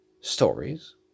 stories